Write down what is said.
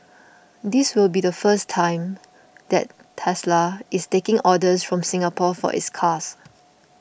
this will be the first time that Tesla is taking orders from Singapore for its cars